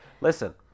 Listen